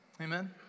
Amen